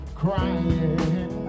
crying